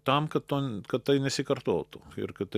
tam kad to kad tai nesikartotų ir kad